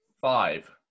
Five